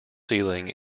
ceiling